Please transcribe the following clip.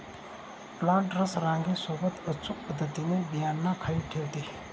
planters रांगे सोबत अचूक पद्धतीने बियांना खाली ठेवते